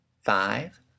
five